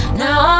now